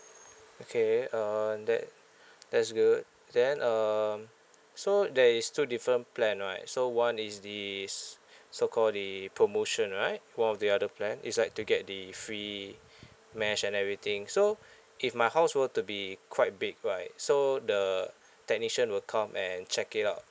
okay uh that that's good then um so there is two different plan right so one is the s~ so called the promotion right one of the other plan is like to get the free mesh and everything so if my house were to be quite big right so the technician will come and check it out